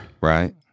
Right